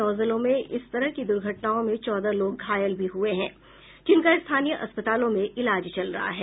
नौ जिलों में इस तरह की दुर्घटनाओं में चौदह लोग घायल भी हुए हैं जिनका स्थानीय अस्पतालों में इलाज चल रहा है